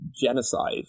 genocide